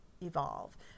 evolve